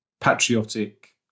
patriotic